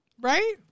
Right